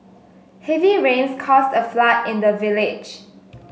heavy rains caused a flood in the village